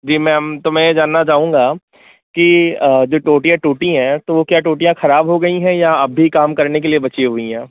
जी ma'am तो मैं ये जानना चाहूँगा कि जो टोंटियाँ टूटी है वो क्या टोंटियाँ खराब हो गई है या अब भी काम करने के लिए बची हुई हैं